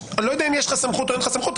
לא יודע אם יש לך סמכות או אין לך סמכות.